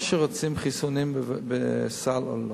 או שרוצים חיסונים בסל או שלא.